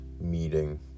meeting